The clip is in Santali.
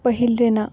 ᱯᱟᱹᱦᱤᱞ ᱨᱮᱱᱟᱜ